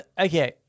Okay